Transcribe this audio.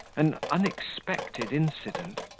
an unexpected incident.